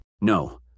No